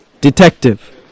detective